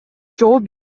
жооп